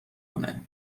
کنه